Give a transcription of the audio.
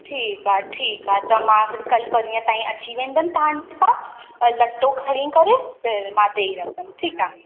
ठीकु आहे ठीकु आहे त मां कल्ह परीहं ताईं अची वेंदमि तव्हां सां लटो खणी करे फिर मां ॾई रखंदमि ठीकु आहे